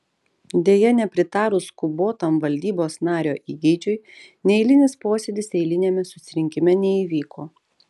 deja nepritarus skubotam valdybos nario įgeidžiui neeilinis posėdis eiliniame susirinkime neįvyko